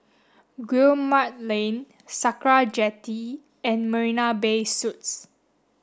Guillemard Lane Sakra Jetty and Marina Bay Suites